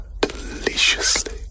deliciously